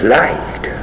light